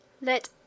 let